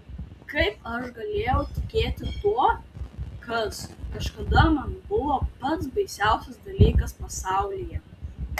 kaip aš galėjau tikėti tuo kas kažkada man buvo pats baisiausias dalykas pasaulyje